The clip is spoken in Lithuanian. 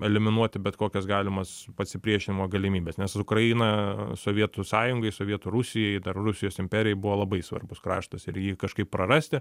eliminuoti bet kokias galimas pasipriešinimo galimybes nes ukraina sovietų sąjungai sovietų rusijai dar rusijos imperijai buvo labai svarbus kraštas ir jį kažkaip prarasti